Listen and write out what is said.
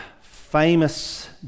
famous